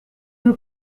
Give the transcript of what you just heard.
due